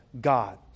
God